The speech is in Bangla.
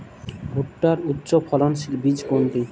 ভূট্টার উচ্চফলনশীল বীজ কোনটি?